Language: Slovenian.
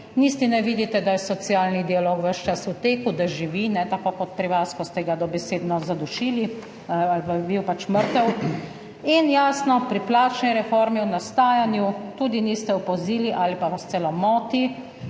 Niti ne vidite, da je socialni dialog ves čas v teku, da živi, ne tako kot pri vas, ko ste ga dobesedno zadušili ali pa je bil pač mrtev. In jasno, pri plačni reformi v nastajanju tudi niste opazili ali pa vas celo moti,